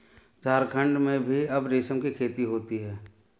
झारखण्ड में भी अब रेशम की खेती होती है